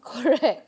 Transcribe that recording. correct